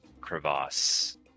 crevasse